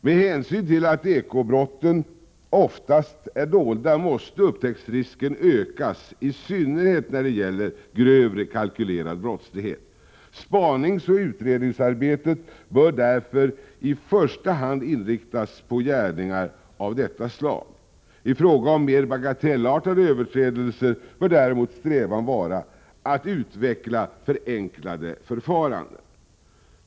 Med hänsyn till att eko-brotten oftast är dolda måste upptäcktsrisken ökas, i synnerhet när det gäller grövre, kalkylerad brottslighet. Spaningsoch utredningsarbetet bör därför i första hand inriktas på gärningar av detta slag. I fråga om mera bagatellartade överträdelser bör däremot strävan vara att utveckla förenklade förfaranden.